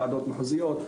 ועדות מחוזיות,